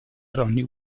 ronnie